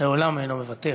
לעולם אינו מוותר.